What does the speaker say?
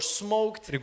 smoked